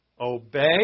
Obey